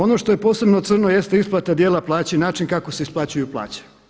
Ono što je posebno crno jeste isplata dijela plaće i način kako se isplaćuju plaće.